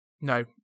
No